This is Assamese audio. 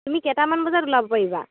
তুমি কেইটামান বজাত ওলাব পাৰিবা